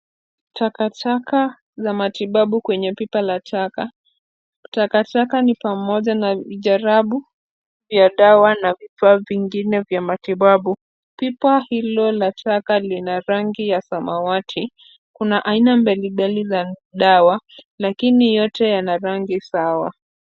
Takataka za matibabu kwenye piipa la taka, taka taka ni pamoja na vijarabu vya dawa na vifaa vingine vya matibabu , pipa hilo la taka lina rangi ya samawati, kuna aina mbali mbali za dawa , lakini yote yana rangi sawa.